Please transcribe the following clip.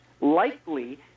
likely